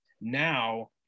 now